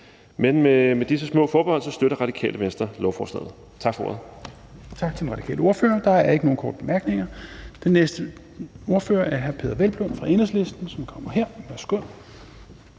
Men med disse små forbehold støtter Radikale Venstre lovforslaget. Tak for ordet. Kl. 11:22 Fjerde næstformand (Rasmus Helveg Petersen): Tak til den radikale ordfører. Der er ikke nogen korte bemærkninger. Den næste ordfører er hr. Peder Hvelplund fra Enhedslisten, som kommer her. Værsgo.